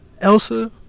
Elsa